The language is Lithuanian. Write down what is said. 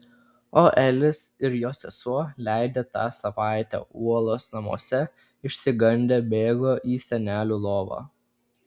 o elis ir jo sesuo leidę tą savaitę uolos namuose išsigandę bėgo į senelių lovą